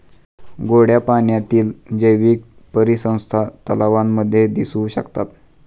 गोड्या पाण्यातील जैवीक परिसंस्था तलावांमध्ये दिसू शकतात